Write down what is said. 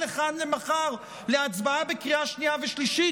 לכאן למחר להצבעה בקריאה שנייה ושלישית,